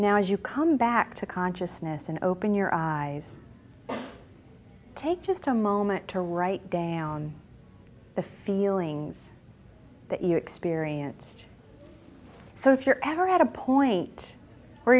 now as you come back to consciousness and open your eyes take just a moment to write down the feelings that you experienced so if you're ever at a point where